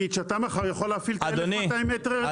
תגיד שאתה מחר יכול להפעיל 1,200 מטר רציפים.